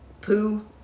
poo